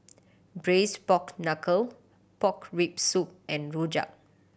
Braised Pork Knuckle pork rib soup and rojak